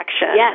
Yes